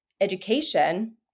education